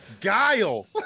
guile